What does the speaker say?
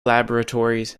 laboratories